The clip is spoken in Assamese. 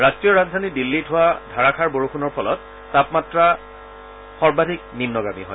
ৰাষ্ট্ৰীয় ৰাজধানী দিল্লীত হোৱা ধাৰাষাৰ বৰষূণৰ ফলত তাপমাত্ৰা সৰ্বাধিক নিন্নগামী হয়